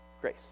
grace